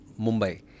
Mumbai